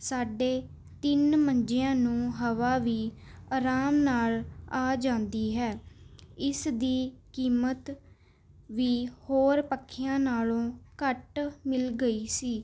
ਸਾਡੇ ਤਿੰਨ ਮੰਜਿਆਂ ਨੂੰ ਹਵਾ ਵੀ ਆਰਾਮ ਨਾਲ ਆ ਜਾਂਦੀ ਹੈ ਇਸ ਦੀ ਕੀਮਤ ਵੀ ਹੋਰ ਪੱਖਿਆਂ ਨਾਲ਼ੋਂ ਘੱਟ ਮਿਲ ਗਈ ਸੀ